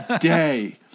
day